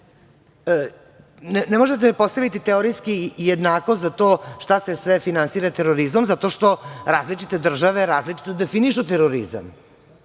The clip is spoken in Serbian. Ne možete postaviti teorijski i jednakost za to šta se sve finansira terorizmom, zato što različite država različito definišu terorizam. Imate